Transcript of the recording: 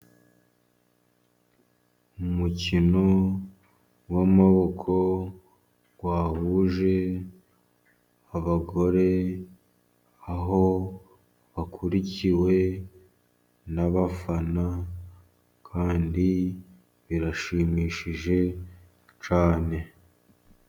Umukino w'amaboko wahuje abagore, aho bakurikiwe n'abafana kandi birashimishije cyane.